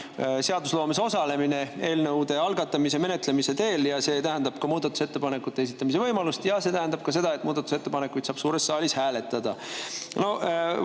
seadusloomes osalemine eelnõude algatamise ja menetlemise teel. See tähendab ka muudatusettepanekute esitamise võimalust ja see tähendab ka seda, et neid muudatusettepanekuid saab suures saalis hääletada.